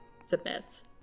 submits